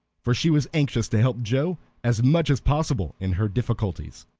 for she was anxious to help joe as much as possible in her difficulties.